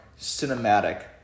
cinematic